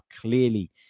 clearly